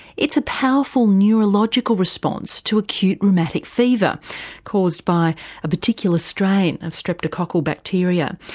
it's a powerful neurological response to acute rheumatic fever caused by a particular strain of streptococcal bacteria.